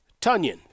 Tunyon